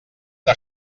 una